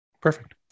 perfect